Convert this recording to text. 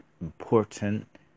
important